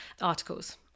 articles